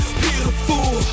beautiful